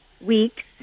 weeks